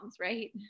right